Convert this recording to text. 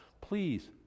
please